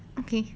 okay